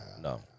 no